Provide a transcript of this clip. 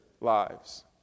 lives